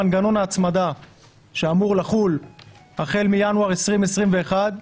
מנגנון ההצמדה שאמור לחול החל מינואר 2021,